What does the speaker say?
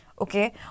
Okay